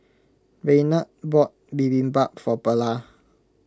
Raynard bought Bibimbap for Perla